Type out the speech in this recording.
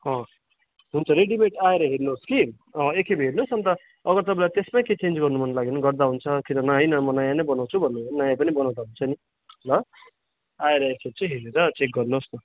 अँ हुन्छ रेडिमेड आएर हेर्नुहोस् कि अँ एकखेप हेर्नुहोस् अन्त अब तपाईँलाई त्यस्तै केही चेन्ज गर्नु मन लाग्यो भने गर्दा हुन्छ कि त होइन म नयाँ नै बनाउँछु भन्नुभयो भने नयाँ पनि बनाउन सकिन्छ नि ल आएर एकखेप चाहिँ हेरेर चेक गर्नुहोस् न